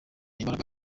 imbaraga